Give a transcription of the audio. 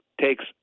takes